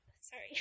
sorry